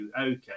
okay